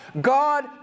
God